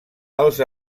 els